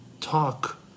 talk